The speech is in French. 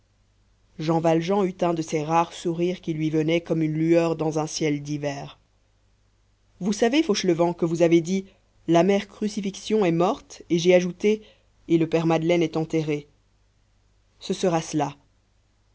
jean valjean eut un de ces rares sourires qui lui venaient comme une lueur dans un ciel d'hiver vous savez fauchelevent que vous avez dit la mère crucifixion est morte et j'ai ajouté et le père madeleine est enterré ce sera cela